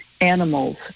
animals